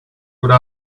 would